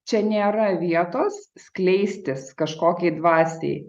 čia nėra vietos skleistis kažkokiai dvasiai